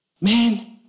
man